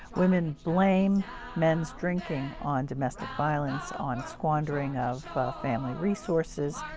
women blame men's drinking on domestic violence, on squandering of family resources.